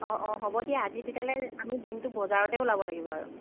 অঁ অঁ হ'ব দিয়া আজি তেতিয়া'হলে আমি দিনটো বজাৰতে ওলাব লাগিব আৰু